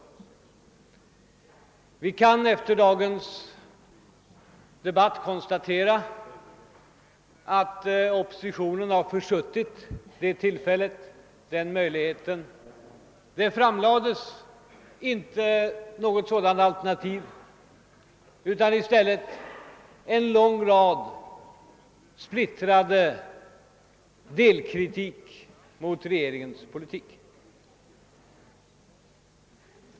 Man kan efter dagens diskussion konstatera, att oppositionen har försuttit det tillfället. Det har inte framförts något sådant alternativ, utan i stället en lång rad anmärkningar, en splittrad delkritik mot regeringens politik.